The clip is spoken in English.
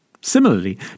Similarly